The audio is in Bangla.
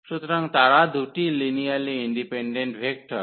সুতরাং তারা দুটি লিনিয়ারলি ইন্ডিপেনডেন্ট ভেক্টর